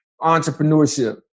entrepreneurship